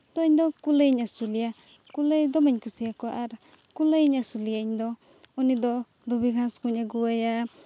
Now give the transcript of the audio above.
ᱛᱳ ᱤᱧᱫᱚ ᱠᱩᱞᱟᱹᱭ ᱤᱧ ᱟᱹᱥᱩᱞᱮᱭᱟ ᱠᱩᱞᱟᱹᱭ ᱫᱚᱢᱮᱧ ᱠᱩᱥᱤᱭᱟᱠᱚᱣᱟ ᱟᱨ ᱠᱩᱞᱟᱹᱭ ᱤᱧ ᱟᱹᱥᱩᱞᱮᱭᱟ ᱤᱧᱫᱚ ᱩᱱᱤ ᱫᱚ ᱫᱷᱩᱵᱤ ᱜᱷᱟᱥ ᱠᱚᱧ ᱟᱹᱜᱩᱟᱭᱟ